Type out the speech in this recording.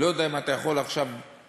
לא יודע אם אתה יכול עכשיו להתעורר,